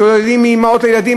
שוללים מאימהות לילדים?